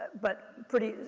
but pretty,